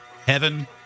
Heaven